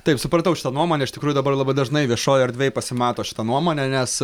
taip supratau šitą nuomonę iš tikrųjų dabar labai dažnai viešojoj erdvėj pasimato šita nuomonė nes